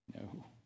No